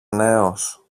νέος